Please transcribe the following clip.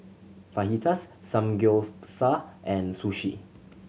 Fajitas Samgyeopsal and Sushi